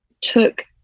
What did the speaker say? took